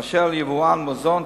באשר ליבואן מזון,